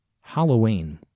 Halloween